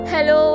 Hello